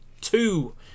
two